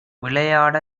விளையாட